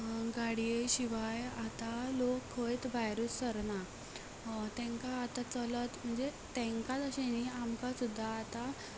गाडये शिवाय लोक खंयच भायर सरना तेंकां आतां चलत म्हणजे तेंकांत अशें न्हय आमकां सुद्दां